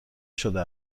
شده